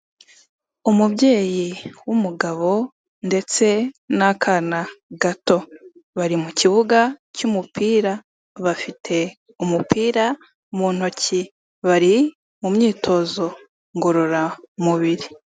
Umubyeyi w'umugabo ndetse n'akana gato, bari mu kibuga cy'umupira bafite umupira mu ntoki, bari mu myitozo ngororamubiri.